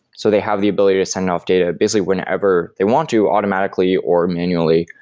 so they have the ability to send off data basically whenever they want to automatically or manually,